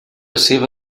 seva